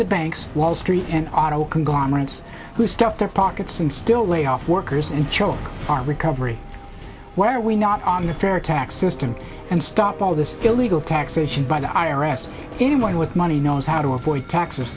the banks wall street and auto conglomerates who stuff their pockets and still lay off workers and choke our recovery why are we not on the fair tax system and stop all this illegal taxation by the i r s anyone with money knows how to avoid taxes